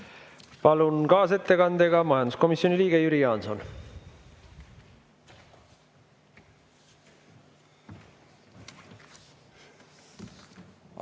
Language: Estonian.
Palun, kaasettekandega majanduskomisjoni liige Jüri Jaanson!